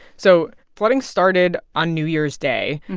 so flooding started on new year's day.